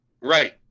Right